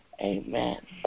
Amen